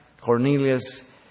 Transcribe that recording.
Cornelius